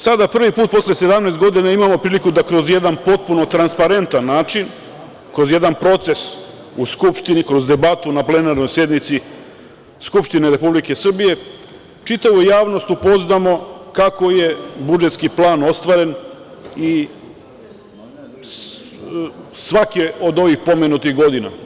Sada prvi put posle 17 godina imamo priliku da kroz jedan potpuno transparentan način, kroz jedan proces u Skupštini, kroz debatu na plenarnoj sednici Skupštini Republike Srbije čitavu javnost upoznamo kako je budžetski plan ostvaren svake od ovih pomenutih godina.